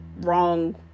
wrong